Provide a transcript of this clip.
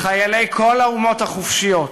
לחיילי כל האומות החופשיות